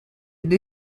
dei